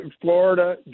Florida